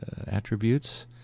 attributes